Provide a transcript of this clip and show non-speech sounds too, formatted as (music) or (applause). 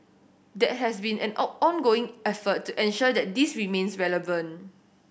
that has to be an (unintelligible) ongoing effort to ensure that this remains relevant